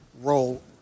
role